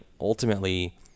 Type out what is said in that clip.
ultimately